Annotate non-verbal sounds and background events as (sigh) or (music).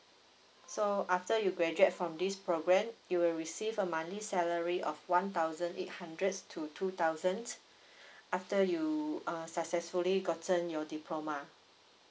so after you graduate from this programme you will receive a monthly salary of one thousand eight hundred to two thousands (breath) after you uh successfully gotten your diploma